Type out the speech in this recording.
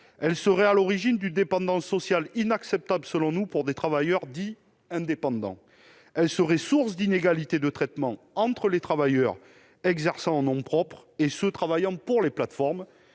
serait à l'origine d'une dépendance sociale, inacceptable selon nous, pour des travailleurs dits « indépendants », serait source d'une inégalité de traitement entre les travailleurs exerçant en nom propre et ceux qui travaillent pour les plateformes,